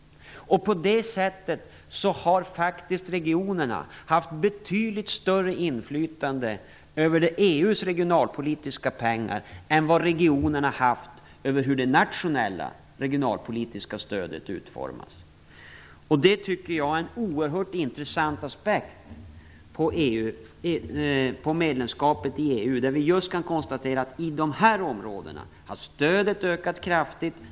På det sättet har faktiskt regionerna haft betydligt mer inflytande över EU:s regionalpolitiska pengar än vad regionerna har haft över hur det nationella regionalpolitiska stödet utformas. Det tycker jag är en oerhört intressant aspekt på medlemskapet i EU. Vi kan konstatera att stödet har ökat kraftigt i de här områdena.